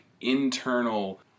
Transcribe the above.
internal